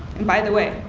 and by the way,